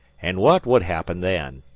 an' what would happen then?